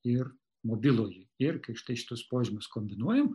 ir mobilųjį ir kaip štai šituos požymius kombinuojam